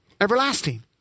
everlasting